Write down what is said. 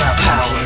power